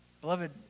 Beloved